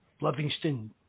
Livingston